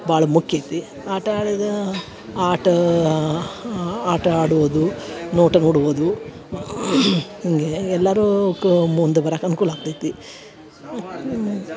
ಭಾಳ ಮುಖ್ಯ ಐತಿ ಆಟ ಆಡೋದು ಆಟ ಆಟ ಆಡುವುದು ನೋಟ ನೋಡುವುದು ಹಿಂಗೆ ಎಲ್ಲರೂ ಕಾ ಮುಂದೆ ಬರಕ್ಕೆ ಅನುಕೂಲ ಆಗ್ತೈತಿ